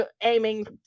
aiming